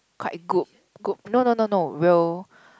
quite good good no no no no real